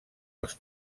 els